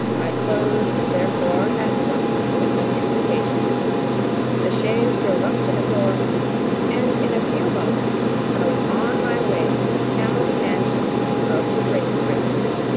i closed, therefore, at once with his invitation the chaise drove up to the door and in a few moments i was on my way to the family mansion of the bracebridges